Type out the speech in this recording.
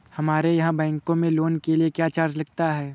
हमारे यहाँ बैंकों में लोन के लिए क्या चार्ज लगता है?